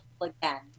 again